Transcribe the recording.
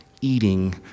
eating